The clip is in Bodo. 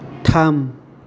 थाम